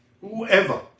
whoever